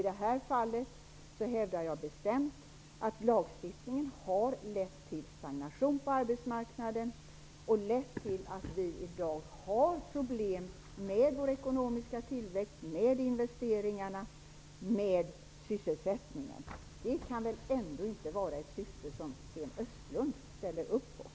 I det här fallet hävdar jag bestämt att lagstiftningen har lett till stagnation på arbetsmarknaden och till att vi i dag har problem med den ekonomiska tillväxten, med investeringarna och med sysselsättningen. Det kan väl ändå inte vara ett syfte som Sten Östlund ställer upp på.